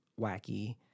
wacky